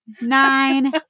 Nine